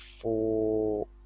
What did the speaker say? four